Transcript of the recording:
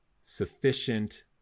sufficient